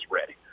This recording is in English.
ready